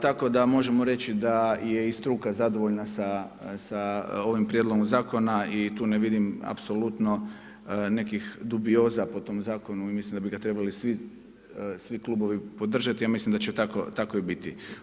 Tako da možemo reći da je i struka zadovoljna sa ovim prijedlogom zakona i tu ne vidim apsolutno nekih dubioza po tom zakonu i mislim da bi ga trebali svi klubovi podržati a ja mislim da će tako i biti.